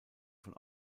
von